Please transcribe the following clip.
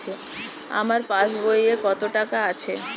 আমার পাস বইয়ে কত টাকা আছে?